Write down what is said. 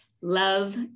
love